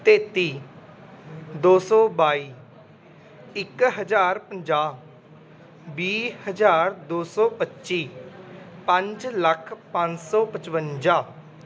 ਤੇਤੀ ਦੋ ਸੌ ਬਾਈ ਇੱਕ ਹਜ਼ਾਰ ਪੰਜਾਹ ਵੀਹ ਹਜ਼ਾਰ ਦੋ ਸੌ ਪੱਚੀ ਪੰਜ ਲੱਖ ਪੰਜ ਸੌ ਪਚਵੰਜਾ